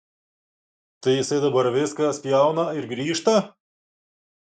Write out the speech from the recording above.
tai jisai dabar viską spjauna ir grįžta